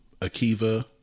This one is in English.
Akiva